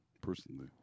personally